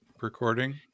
recording